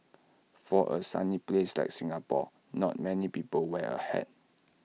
for A sunny place like Singapore not many people wear A hat